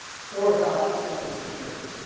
for about fifty six years.